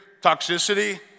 toxicity